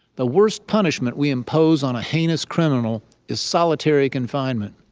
the worst punishment we impose on a heinous criminal is solitary confinement.